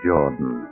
Jordan